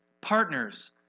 partners